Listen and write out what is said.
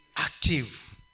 Active